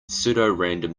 pseudorandom